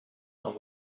aan